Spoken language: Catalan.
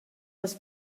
les